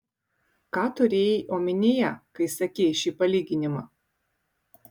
ką turėjai omenyje kai sakei šį palyginimą